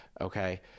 okay